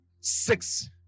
six